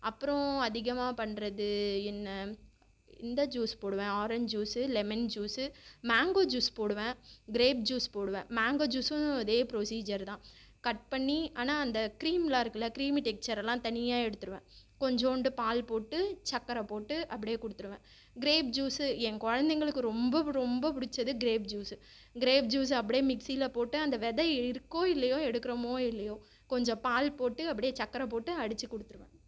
அப்புறோம் அதிகமாக பண்ணுறது என்ன இந்த ஜூஸ் போடுவேன் orange juice lemon juice mango juice போடுவேன் கிரேப் ஜூஸ் போடுவேன் மேங்கோ ஜூஸும் இதே புரொசீஜர் தான் கட் பண்ணி ஆனால் அந்த கிரீம்லாம் இருக்குல்ல கிரீமி டெக்ச்சரெல்லாம் தனியாக எடுத்துடுவேன் கொஞ்சோண்டு பால் போட்டு சக்கரை போட்டு அப்படியே கொடுத்துருவேன் கிரேப் ஜூஸு என் குழந்தைங்களுக்கு ரொம்ப புடு ரொம்ப புடுச்சது கிரேப் ஜூஸு கிரேப் ஜூஸ் அப்படியே மிக்ஸியில் போட்டு அந்த விதை இருக்கோ இல்லையோ எடுக்கிறமோ இல்லையோ கொஞ்சம் பால் போட்டு அப்படியே சக்கரை போட்டு அடித்து கொடுத்துருவேன்